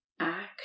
act